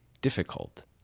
difficult